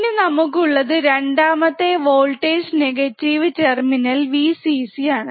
ഇനി നമുക്ക് ഉള്ളത് രണ്ടാമത്തെ വോൾട്ടേജ് നെഗറ്റീവ് ടെർമിനൽ Vcc ആണ്